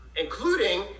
including